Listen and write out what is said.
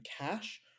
cash